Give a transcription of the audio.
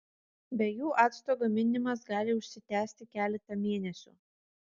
be jų acto gaminimas gali užsitęsti keletą mėnesių